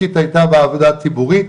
היתה ועדה ציבורית,